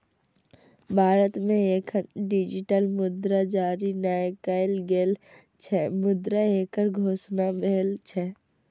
भारत मे एखन डिजिटल मुद्रा जारी नै कैल गेल छै, मुदा एकर घोषणा भेल छै